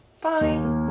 bye